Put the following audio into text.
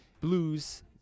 blues